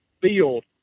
field